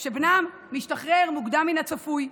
בנם משתחרר מוקדם מן הצפוי,